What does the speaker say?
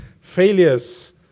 failures